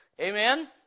Amen